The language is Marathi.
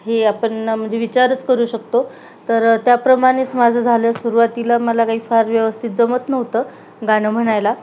हे आपण म्हणजे विचारच करू शकतो तर त्याप्रमाणेच माझं झालं सुरुवातीला मला काही फार व्यवस्थित जमत नव्हतं गाणं म्हणायला